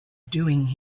doing